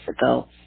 ago